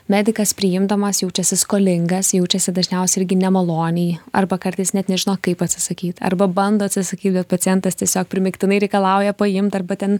medikas priimdamas jaučiasi skolingas jaučiasi dažniausiai irgi nemaloniai arba kartais net nežino kaip atsisakyt arba bando atsisakyt bet pacientas tiesiog primygtinai reikalauja paimt arba ten